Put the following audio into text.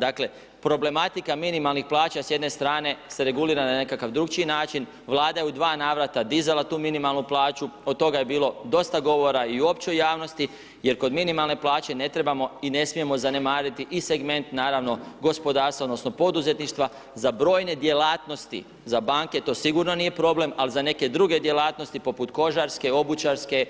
Dakle problematika minimalnih plaća s jedne strane se regulira na nekakav drukčiji način, vlada je u dva navrata dizala tu minimalnu plaću, od toga je bilo dosta govora i u općoj javnosti jer kod minimalne plaće ne trebamo i ne smijemo zanemariti i segment naravno gospodarstva, odnosno poduzetništva za brojne djelatnosti, za banke to sigurno nije problem, ali za neke druge djelatnosti poput kožarske, obučarske,